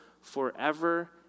forever